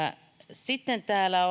sitten täällä